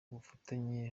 ubufatanye